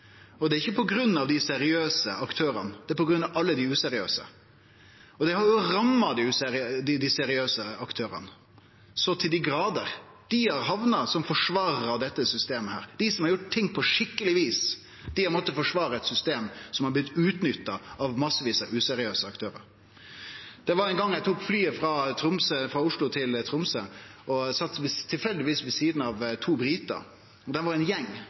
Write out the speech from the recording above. Det er ikkje på grunn av dei seriøse aktørane; det er på grunn av alle dei useriøse. Det har ramma dei seriøse aktørane så til dei grader. Dei har blitt forsvarar av dette systemet. Dei som har gjort ting på skikkeleg vis, har måtte forsvare eit system som har blitt utnytta av mange useriøse aktørar. Ein gong tok eg flyet frå Oslo til Tromsø og sat tilfeldigvis ved sida av to britar. Dei var del av ein stor gjeng.